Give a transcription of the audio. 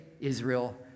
Israel